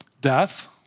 Death